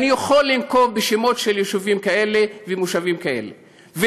ואני יכול לנקוב בשמות של יישובים כאלה ומושבים כאלה.